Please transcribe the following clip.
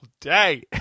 day